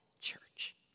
church